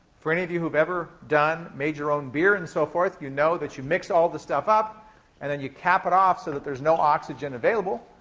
for any of you who've ever made your own beer and so forth, you know that you mix all the stuff up and then you cap it off so that there's no oxygen available,